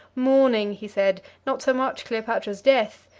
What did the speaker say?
mourning, he said, not so much cleopatra's death,